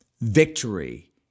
victory